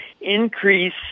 increase